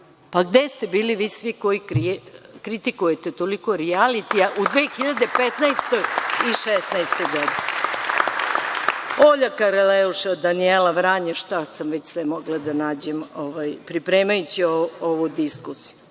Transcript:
Pa, gde ste bili vi svi koji kritikujete toliko rijalitije 2015. i 2016. godini? Olja Karleuša, Danijela Vranješ, šta sam već mogla da nađem pripremajući ovu diskusiju.